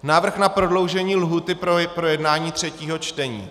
Návrh na prodloužení lhůty pro projednání třetího čtení.